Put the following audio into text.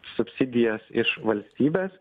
subsidijas iš valstybės